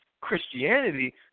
Christianity